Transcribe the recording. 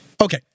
Okay